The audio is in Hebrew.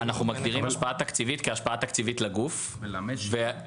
אנחנו מגדירים השפעה תקציבית כהשפעה תקציבית לגוף ולמשק,